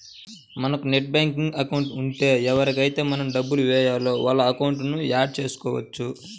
మనకు net banking account ఉంటే ఎవరికైతే మనం డబ్బులు వేయాలో వాళ్ళ అకౌంట్లను యాడ్ చేసుకోవచ్చు